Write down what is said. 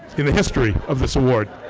in the history of this award.